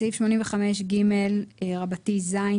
בסעיף 85ג(ז),